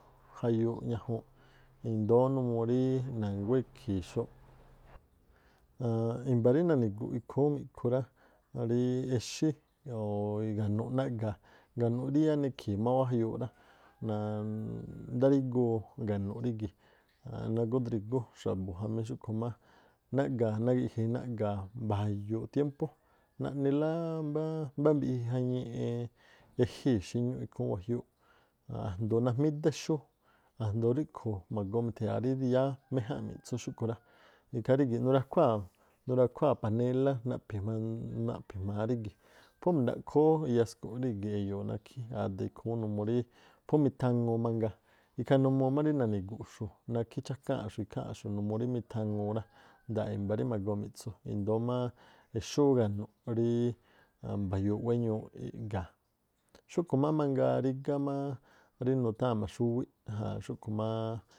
Jayuuꞌ ñajuunꞌ, i̱ndóó numuu rí na̱nguá ekhi̱i̱ xóóꞌ. Imba̱ rí nani̱gu̱ꞌ ikhúún mi̱ꞌkhu rá, ríí exí o̱o̱ iga̱nu̱ꞌ naꞌga̱a̱ ganu̱ꞌ má rí yáá nekhi̱i̱ má wájayuuꞌ rá, ndáríguu ga̱nu̱ꞌ rígi̱. nagó ú drígú xa̱bu̱ jamí xúꞌkhu̱ má naꞌga̱a̱ nagi̱ꞌji̱ naꞌga̱a̱ mba̱yu̱u̱ꞌ tiémpú nani lá mbáá mbá mbiꞌji jañiiꞌ ejíi̱ xíñúꞌ ikhúún wajiúúꞌ a̱ndo̱o najmídá exúú a̱ndo̱o ríꞌkhu̱ mi̱tha̱ya̱a rí yáá méjánꞌ mi̱ꞌtsu xúꞌkhu̱ rá. Ikhaa rígi̱ nurakhuáa̱ panélá naꞌphi̱ naꞌphi̱ jma̱a rígi̱, phú mindaꞌkhoo ú iyasku̱ꞌ. rígi̱ e̱yo̱o̱ nákhí ada̱ ikhúún numuu rí phú mithaŋuu mangaa, ikhaa numuu má rí nani̱gu̱ꞌxu̱ nákhí chákáa̱nꞌxu̱ꞌ ikháa̱nꞌxu̱ numuu rí mithaŋuu rá. Nda̱a̱ꞌ i̱mba̱ rí ma̱goo mi̱ꞌtsu. I̱ndóó má exúú ganu̱ꞌ ríí mba̱yu̱u̱ꞌ wéñuuꞌ iꞌga̱a̱. Xúꞌkhu̱ má mangaa rígá rí nutháa̱n maxúwíꞌ ajan xúꞌkhuu maa.